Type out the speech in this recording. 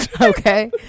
okay